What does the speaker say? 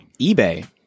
ebay